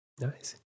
Nice